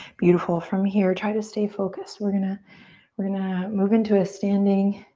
beautiful. from here try to stay focused. we're gonna we're gonna move into a standing